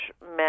men